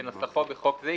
כנוסחו בחוק זה,